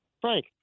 Frank